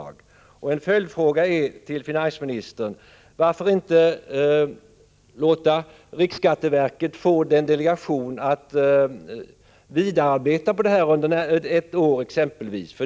Jag vill ställa en följdfråga till finansministern: Varför inte tillsätta en delegation inom riksskatteverket med uppgift att arbeta vidare med dessa frågor exempelvis under ett år?